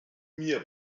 mir